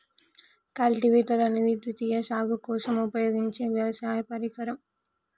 cultivator అనేది ద్వితీయ సాగు కోసం ఉపయోగించే వ్యవసాయ పరికరం